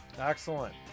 Excellent